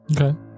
Okay